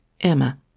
Emma